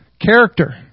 character